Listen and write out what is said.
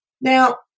Now